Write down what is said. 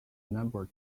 number